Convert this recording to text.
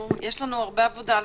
יש הרבה עבודה לפנינו.